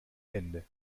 ende